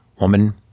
woman